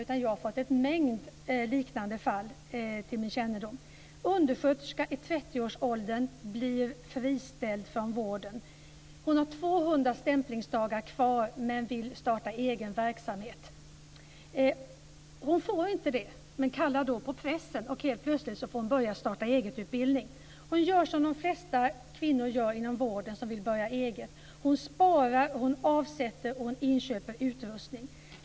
En mängd liknande fall har kommit till min kännedom. Hon är en undersköterska i 30-årsåldern som blir friställd från vården. Hon har 200 stämplingsdagar kvar, men vill starta egen verksamhet. Hon får inte det, men kallar då på pressen. Helt plötsligt får hon då börja en starta-eget-utbildning. Hon gör som de flesta kvinnor inom vården som vill starta eget, hon sparar, avsätter och inköper utrustning.